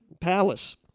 palace